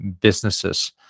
businesses